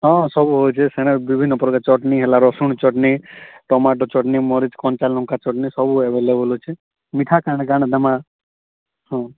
ହଁ ସବୁ ଅଛେ ସେନେ ବିଭିନ୍ନ ପ୍ରକାର ଚଟନି ହେଲା ରସୁଣ ଚଟନି ଟମାଟୋ ଚଟନି ମରିଚ କଞ୍ଚାଲଙ୍କା ଚଟନି ସବୁ ଏଭେଲେବୁଲ ଅଛେ ମିଠା କାଣା କାଣା ଦେମା ହଁ